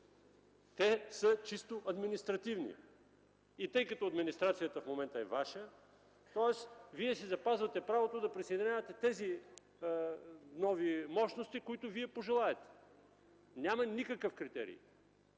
Те са чисто административни. Тъй като администрацията в момента е Ваша, Вие си запазвате правото да присъединявате тези нови мощности, които пожелаете. Няма никакъв критерий!